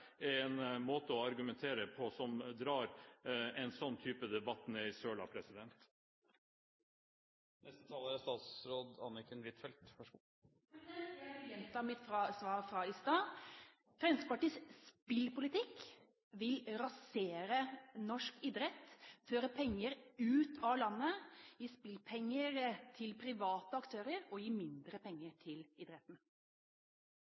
en måte å argumentere på som drar en slik type debatt ned i søla. Jeg vil gjenta mitt svar fra i stad: Fremskrittspartiets spillpolitikk vil rasere norsk idrett, føre penger ut av landet, gi spillpenger til private aktører og gi mindre